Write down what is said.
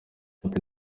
ati